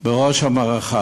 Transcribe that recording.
בראש המערכה.